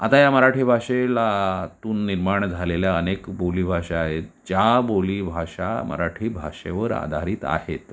आता या मराठी भाषेला तून निर्माण झालेल्या अनेक बोलीभाषा आहेत ज्या बोलीभाषा मराठी भाषेवर आधारित आहेत